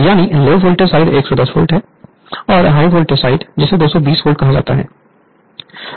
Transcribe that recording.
यानी low voltage side 110 volt है और हाई वोल्टेज साइड जिसे 220 वोल्ट कहा जाता है